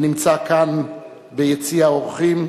הנמצא כאן ביציע האורחים.